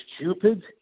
stupid